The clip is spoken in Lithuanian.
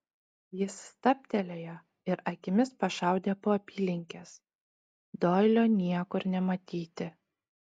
jis stabtelėjo ir akimis pašaudė po apylinkes doilio niekur nematyti